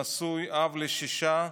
נשוי, אב לשישה,